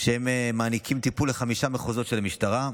הם מעניקים טיפול לחמישה מחוזות של המשטרה.